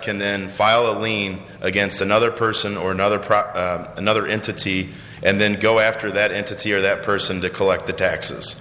can then file a lien against another person or another prop another entity and then go after that entity or that person to collect the taxes